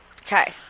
Okay